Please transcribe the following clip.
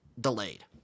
delayed